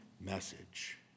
message